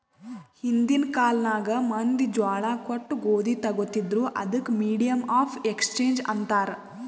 ಹಿಂದಿನ್ ಕಾಲ್ನಾಗ್ ಮಂದಿ ಜ್ವಾಳಾ ಕೊಟ್ಟು ಗೋದಿ ತೊಗೋತಿದ್ರು, ಅದಕ್ ಮೀಡಿಯಮ್ ಆಫ್ ಎಕ್ಸ್ಚೇಂಜ್ ಅಂತಾರ್